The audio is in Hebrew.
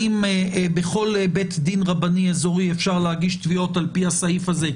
אם בכל בית דין רבני איזורי אפשר להגיש תביעות על פי הסעיף הזה,